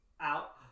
out